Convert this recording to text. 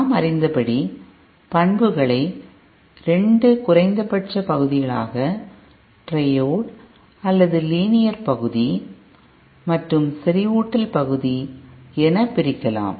நாம் அறிந்தபடி பண்புகளை 2 குறைந்தபட்ச பகுதிகளாக ட்ரையோடு அல்லது லீனியர் பகுதி மற்றும் செறிவூட்டல் பகுதி என பிரிக்கலாம்